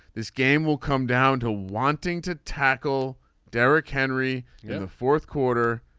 this game will come down to wanting to tackle derrick henry yeah the fourth quarter